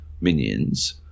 minions